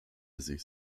sich